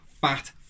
fat